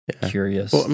curious